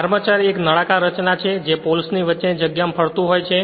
armature એક નળાકાર રચના છે જે પોલ્સ ની વચ્ચેની જગ્યામાં ફરતું હોય છે